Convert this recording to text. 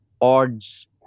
odds